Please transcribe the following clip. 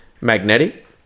magnetic